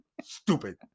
stupid